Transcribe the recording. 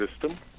system